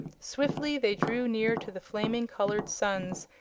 swiftly they drew near to the flaming colored suns,